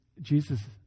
Jesus